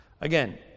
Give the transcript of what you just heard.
Again